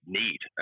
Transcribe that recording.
need